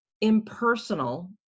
impersonal